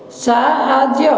ସାହାଯ୍ୟ